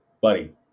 Buddy